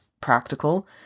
practical